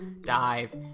dive